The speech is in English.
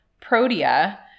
protea